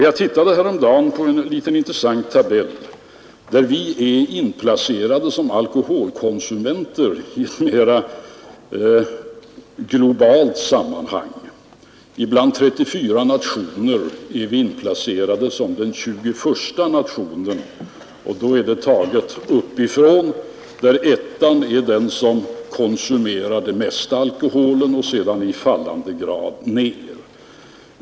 Jag tittade häromdagen på en liten intressant tabell där vi är inplacerade som alkoholkonsumenter i ett mera globalt sammanhang. Bland 34 nationer är vi inplacerade som den 21:a nationen uppifrån räknat, där ettan är den som konsumerat den mesta alkoholen och sedan i fallande skala ned.